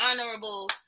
honorable